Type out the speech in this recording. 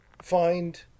find